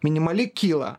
minimali kyla